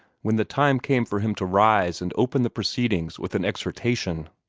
when the time came for him to rise and open the proceedings with an exhortation.